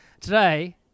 Today